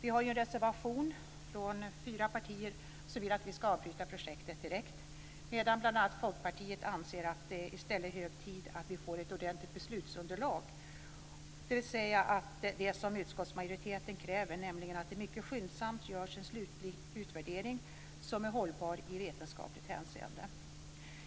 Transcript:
I en reservation från fyra partier vill man att projektet ska avbrytas direkt, medan bl.a. Folkpartiet anser att det i stället är hög tid att vi får ett ordentligt beslutsunderlag. Utskottsmajoriteten kräver att det mycket skyndsamt görs en slutlig utvärdering som är hållbar i vetenskapligt hänseende.